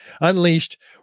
unleashed